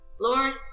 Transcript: Lord